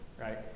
right